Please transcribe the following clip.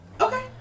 Okay